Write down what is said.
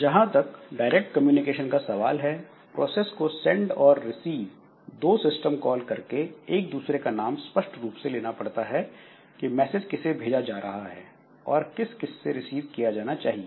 जहां तक direct communication का सवाल है प्रोसेस को सेंड और रिसीव दो सिस्टम कॉल करके एक दूसरे का नाम स्पष्ट रूप से लेना पड़ता है कि मैसेज किसे भेजा जा रहा है और किस किस से रिसीव किया जाना चाहिए